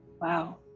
Wow